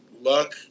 luck